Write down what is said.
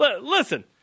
Listen